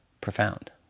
profound